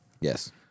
yes